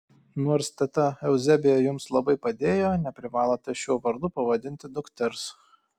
nors teta euzebija jums labai padėjo neprivalote šiuo vardu pavadinti dukters